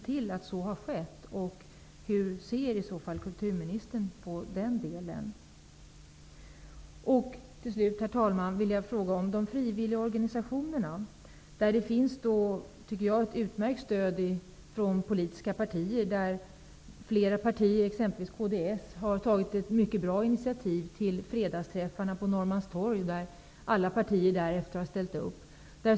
Till slut vill jag ställa en fråga om de frivilligorganisationer som har ett utmärkt stöd av politiska partier. Kds har exempelvis tagit ett mycket bra initiativ till fredagsträffarna på Norrmalms torg, där alla partier har ställt upp.